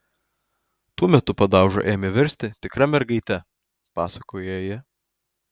tuo metu padauža ėmė virsti tikra mergaite pasakoja ji